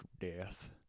Death